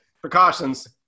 precautions